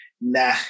Nah